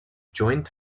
joint